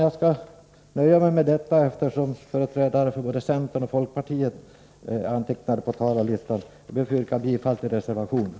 Jag skall nöja mig med detta, eftersom företrädare för både centern och folkpartiet är antecknade på talarlistan. Jag ber att få yrka bifall till reservationen.